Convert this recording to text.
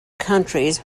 countries